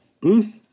Booth